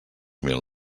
mil